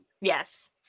Yes